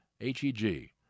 H-E-G